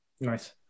Nice